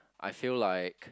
I feel like